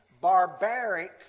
barbaric